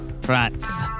France